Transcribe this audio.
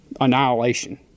annihilation